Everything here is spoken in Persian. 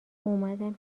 اومدم